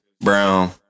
Brown